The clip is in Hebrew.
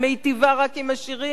היא מיטיבה רק עם עשירים.